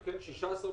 מיליונים,